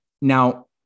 Now